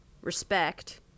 respect